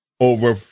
Over